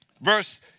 Verse